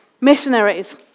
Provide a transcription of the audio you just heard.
missionaries